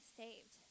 saved